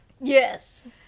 Yes